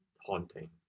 Haunting